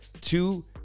two